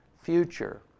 future